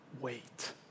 wait